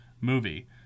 movie